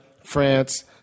France